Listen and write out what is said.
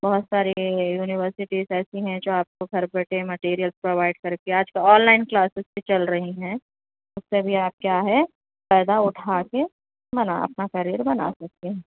بہت ساری یونیورسٹیز ایسی ہیں جو آپ کو گھر بیٹھے مٹیریلز پروائیڈ کر کے آج کل آن لائن کلاسز بھی چل رہی ہیں اس سے بھی آپ کیا ہے فائدہ اٹھا کے بنا اپنا کریئر بنا سکتی ہیں